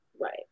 right